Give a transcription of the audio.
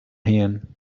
him